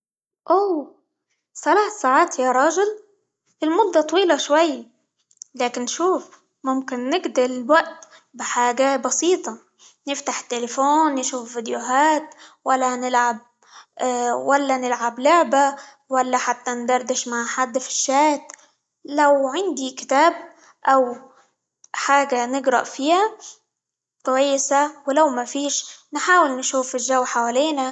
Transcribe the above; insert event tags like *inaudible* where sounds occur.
اووه ثلاث ساعات يا راجل المدة طويلة شوية، لكن شوف ممكن نقضي الوقت بحاجة بسيطة، نفتح التليفون نشوف فيديوهات، -ولا هنلعب- *hesitation* ولا نلعب لعبة، ولا حتى ندردش مع حد في الشات، لو عندي كتاب، أو حاجة نقرأ فيها كويسة، ولو ما فيش نحاول نشوف الجو حوالينا.